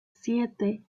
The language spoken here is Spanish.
siete